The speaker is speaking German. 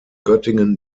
göttingen